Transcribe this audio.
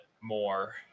more